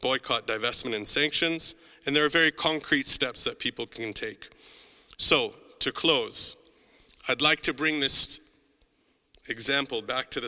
boycott divestment and sanctions and there are very concrete steps that people can take so to close i'd like to bring this example back to the